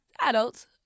Adults